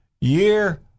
year